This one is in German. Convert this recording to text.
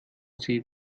sie